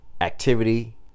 activity